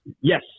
Yes